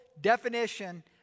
definition